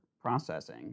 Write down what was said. processing